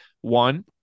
One